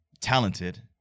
talented